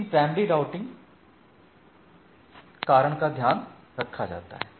लेकिन primary routing कारण का ध्यान रखा जाता है